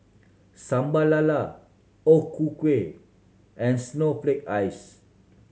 Sambal Lala O Ku Kueh and snowflake ice